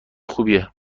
خوبیه